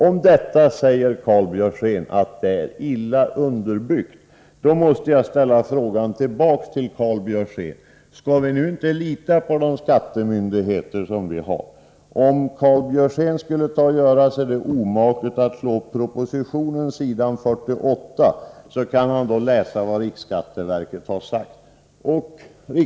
Om detta säger Karl Björzén att det är illa underbyggt. Då måste jag ställa en fråga till Karl Björzén: Skall vi inte lita på våra skattemyndigheter? Om Karl Björzén skulle göra sig omaket att slå upp s. 48 i propositionen, skulle han där kunna läsa vad riksskatteverket har sagt.